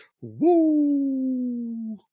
Woo